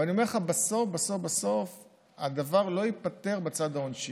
אבל אני אומר לך שבסוף בסוף הדבר לא ייפתר בצד העונשי,